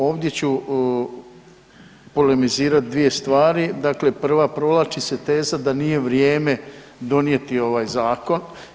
Ovdje ću polemizirati dvije stvari, dakle prva, provlači se teza da nije vrijeme donijeti ovaj zakon.